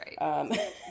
Right